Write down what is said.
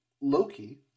Loki